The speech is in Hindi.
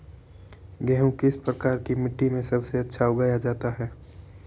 गेहूँ किस प्रकार की मिट्टी में सबसे अच्छा उगाया जाता है?